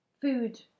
food